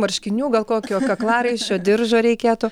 marškinių gal kokio kaklaraiščio diržo reikėtų